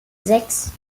sechs